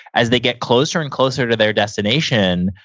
as they get closer and closer to their destination,